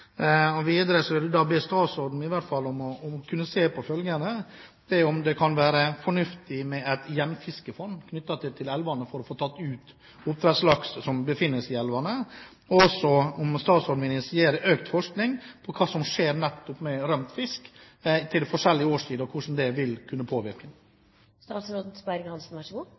vil jeg be statsråden om hun kan se på følgende: Kan det være fornuftig med et gjenfiskefond knyttet til elvene, for å få tatt ut oppdrettslaks som befinner seg i elvene? Vil statsråden initiere økt forskning på hva som skjer nettopp med rømt fisk til de forskjellige årstidene, og hvordan vil det kunne påvirke?